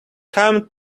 come